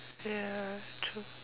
ya true